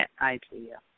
idea